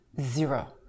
zero